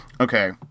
Okay